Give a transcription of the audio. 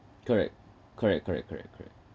correct correct correct correct correct